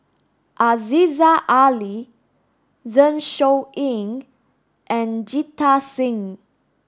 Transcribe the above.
Aziza Ali Zeng Shouyin and Jita Singh